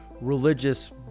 religious